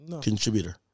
contributor